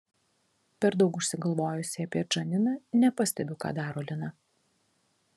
per daug užsigalvojusi apie džaniną nepastebiu ką daro lina